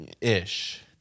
Ish